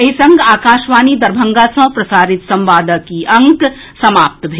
एहि संग आकाशवाणी दरभंगा सँ प्रसारित संवादक ई अंक समाप्त भेल